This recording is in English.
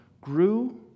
grew